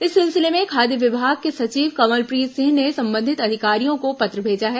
इस सिलसिले में खाद्य विभाग के सचिव कमलप्रीत सिंह ने संबंधित अधिकारियों को पत्र भेजा है